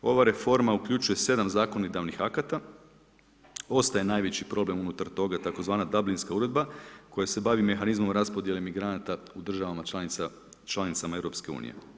Ova reforma uključuje 7 zakonodavnih akata, ostaje najveći problem unutar toga tzv. Dablinska Uredba koja se bavi mehanizmom raspodjele migranata u državama članicama EU.